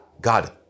God